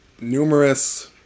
numerous